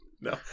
No